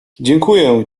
dziękuję